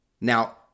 Now